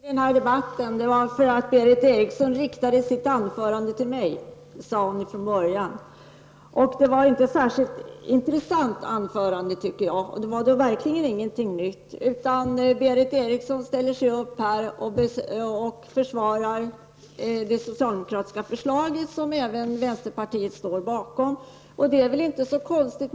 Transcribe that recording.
Herr talman! Jag har begärt ordet därför att Berith Eriksson riktade sitt anförande till mig -- det sade hon från början. Det var inte något särskilt intressant anförande, tycker jag. Det innehöll då verkligen ingenting nytt. Berith Eriksson försvarade det socialdemokratiska förslaget, som även vänsterpartiet står bakom, och det är inte så konstigt.